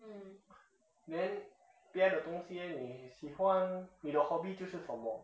then 别的东西 leh 你喜欢你的 hobby 就是什么